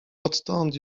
odtąd